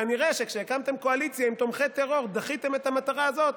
כנראה שכשהקמתם קואליציה עם תומכי טרור דחיתם את המטרה הזאת,